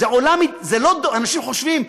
אנשים חושבים,